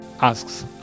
asks